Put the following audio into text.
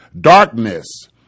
darkness